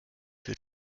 wird